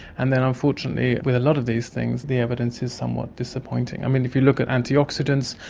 and then unfortunately with a lot of these things the evidence is somewhat disappointing. i mean, if you look at antioxidants,